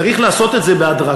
צריך לעשות את זה בהדרגה.